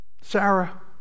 Sarah